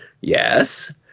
yes